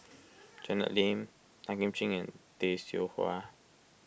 Janet Lim Tan Kim Ching and Tay Seow Huah